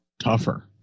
tougher